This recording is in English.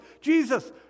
Jesus